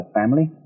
family